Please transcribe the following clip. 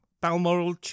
Balmoral